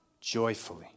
Joyfully